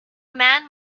man